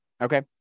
Okay